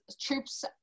troops